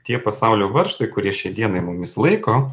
tie pasaulio varžtai kurie šiai dienai mumis laiko